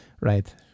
right